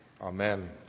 Amen